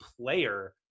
player